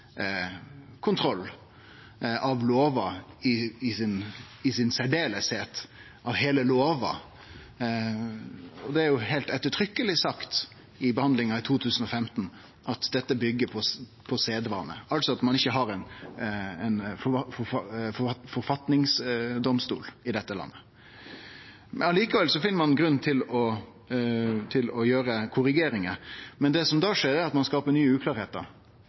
kontroll av lover spesielt – av heile lover. Det blei heilt ettertrykkeleg sagt ved behandlinga i 2015 at dette byggjer på sedvane, ein har ikkje nokon forfatningsdomstol i dette landet. Likevel finn ein grunn til å gjere korrigeringar. Det som da skjer, er at ein skaper nye